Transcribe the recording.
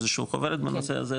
איזושהי חוברת בנושא הזה,